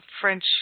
French